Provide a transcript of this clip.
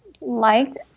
liked